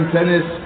Tennis